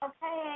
Okay